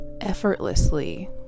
effortlessly